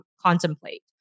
contemplate